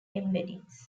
embeddings